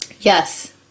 Yes